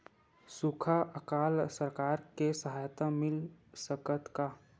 सुखा अकाल सरकार से सहायता मिल सकथे का?